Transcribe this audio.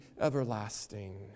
everlasting